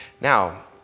Now